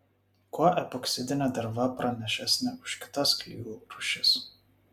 kuo epoksidinė derva pranašesnė už kitas klijų rūšis